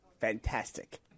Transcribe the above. Fantastic